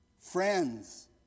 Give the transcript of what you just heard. Friends